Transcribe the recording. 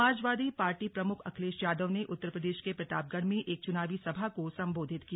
Samajwadi party प्रमुख अखिलेश यादव ने उत्तर प्रदेश के प्रतापगढ़ में एक चुनावी सभा को संबोधित किया